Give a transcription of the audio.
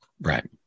Right